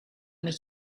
met